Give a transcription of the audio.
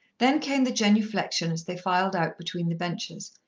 then came the genuflection as they filed out between the benches,